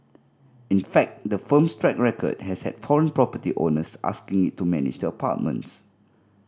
in fact the firm's track record has had foreign property owners asking it to manage their apartments